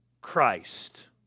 Christ